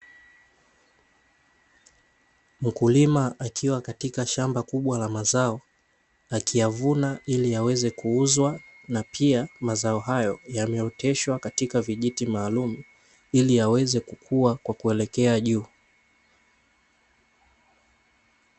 Mkulima akiwa katika shamba kubwa la mazao, akiyavuna ili yaweze kuuzwa na pia mazao hayo yameoteshwa katika vijiti maalumu ili yaweze kukua kwa kuelekea juu.